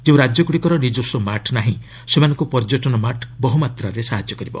ଯେଉଁ ରାଜ୍ୟଗୁଡ଼ିକର ନିକସ୍ୱ ମାର୍ଟ ନାହିଁ ସେମାନଙ୍କୁ ପର୍ଯ୍ୟଟନ ମାର୍ଚ ବହୁ ମାତ୍ରାରେ ସାହାଯ୍ୟ କରିବ